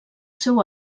seu